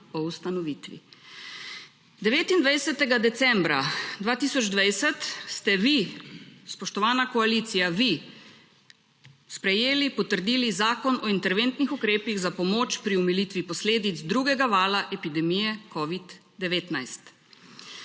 o ustanovitvi. 29. decembra 2020 ste vi spoštovana koalicija vi sprejeli, potrdili Zakon o interventnih ukrepih za pomoč pri omilitvi posledic drugega vala epidemije covid-19.